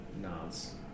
nods